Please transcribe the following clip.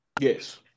yes